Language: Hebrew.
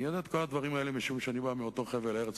אני יודע את כל הדברים האלה משום שאני בא מאותו חבל ארץ,